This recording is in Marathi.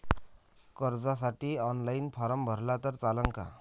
कर्जसाठी ऑनलाईन फारम भरला तर चालन का?